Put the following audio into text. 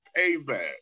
payback